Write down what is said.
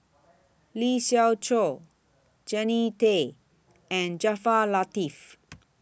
Lee Siew Choh Jannie Tay and Jaafar Latiff